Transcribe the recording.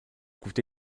coûté